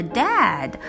dad